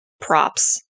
props